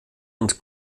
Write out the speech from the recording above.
und